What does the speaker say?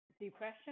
depression